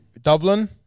dublin